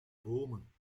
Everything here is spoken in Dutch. bomen